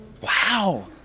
wow